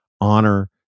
honor